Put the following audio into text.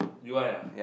you want ah